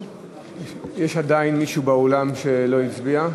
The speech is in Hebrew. יש עדיין מישהו באולם שלא הצביע?